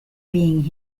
being